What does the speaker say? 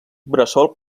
bressol